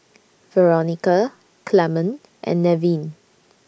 Veronica Clemon and Nevin